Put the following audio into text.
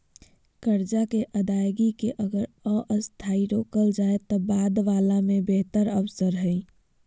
कर्जा के अदायगी के अगर अस्थायी रोकल जाए त बाद वला में बेहतर अवसर हइ